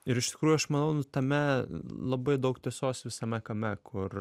iš tikrųjų aš manau nu tame labai daug tiesos visame kame kur